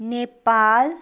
Nepal